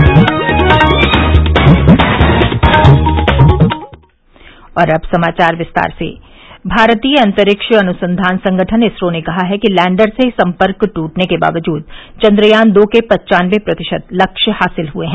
विशेष र र भारतीय अंतरिक्ष अनुसंघान संगठन इसरो ने कहा है कि लैंडर से संपर्क टूटने के बावजूद चन्द्रयान दो के पन्वानबे प्रतिशत लक्ष्य हासिल हुए हैं